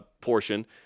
portion